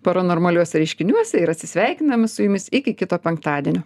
parnormaliuose reiškiniuose ir atsisveikiname su jumis iki kito penktadienio